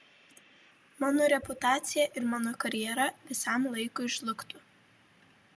mano reputacija ir mano karjera visam laikui žlugtų